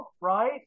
right